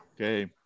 Okay